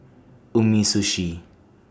Umisushi